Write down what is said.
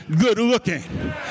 good-looking